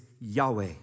Yahweh